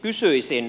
kysyisin